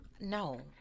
No